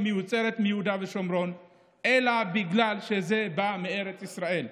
מיוצרת ביהודה ושומרון אלא בגלל שזה בא מארץ ישראל,